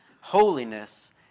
Holiness